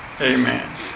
Amen